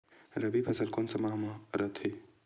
रबी फसल कोन सा माह म रथे?